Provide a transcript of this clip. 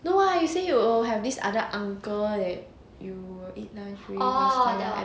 orh that one oh ya